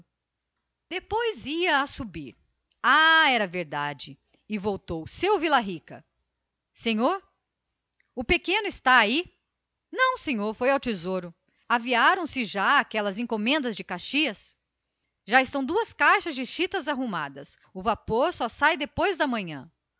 depois ia subir mas voltou ainda ah é verdade seu vila rica senhor o pequeno está aí não senhor foi ao tesouro aviaram se já aquelas encomendas de caxias já estão duas caixas de chitas arrumadas o vapor só sai depois de amanhã